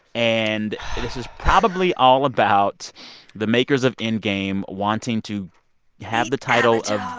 and this is probably all about the makers of endgame wanting to have the title of.